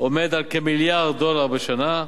עומד על כמיליארד דולר בשנה,